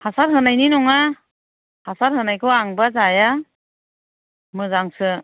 हासार होनायनि नङा हासार होनायखौ आंबा जाया मोजांसो